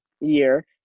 year